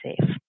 safe